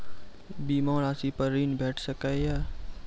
बीमा रासि पर ॠण भेट सकै ये?